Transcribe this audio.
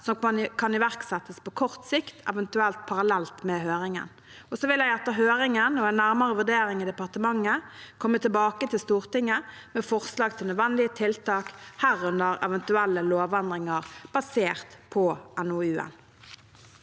som kan iverksettes på kort sikt, eventuelt parallelt med høringen. Så vil jeg etter høringen og en nærmere vurdering i departementet komme tilbake til Stortinget med forslag til nødvendige tiltak, herunder eventuelle lovendringer basert på NOU-en.